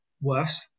worse